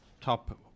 top